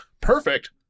perfect